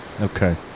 Okay